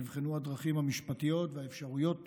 נבחנו הדרכים המשפטיות והאפשרויות